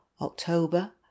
october